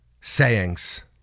sayings